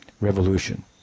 revolution